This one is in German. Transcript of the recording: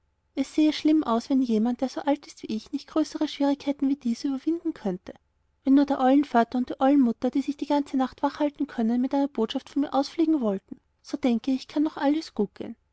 es sähe schlimm aus wenn jemand der so alt ist wie ich nicht größere schwierigkeiten wie diese überwinden könnte wenn nur der eulenvater und die eulenmutter die sich die ganze nacht wach halten können mit einer botschaft von mir ausfliegen wollten so denke ich kann noch alles gut gehen